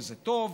וזה טוב.